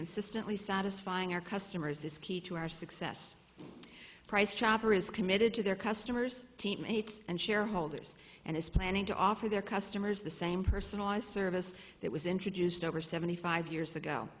consistently satisfying our customers is key to our success price chopper is committed to their customers teammates and shareholders and is planning to offer their customers the same personalized service that was introduced over seventy five years ago